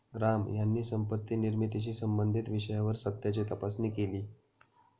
राम यांनी संपत्ती निर्मितीशी संबंधित विषयावर सत्याची तपासणी केली